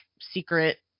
secret